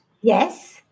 Yes